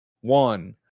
one